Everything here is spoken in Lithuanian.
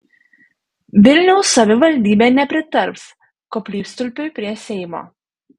vilniaus savivaldybė nepritars koplytstulpiui prie seimo